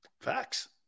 Facts